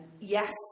Yes